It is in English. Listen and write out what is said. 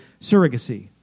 surrogacy